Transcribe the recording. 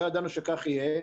לא ידענו שכך יהיה,